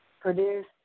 produce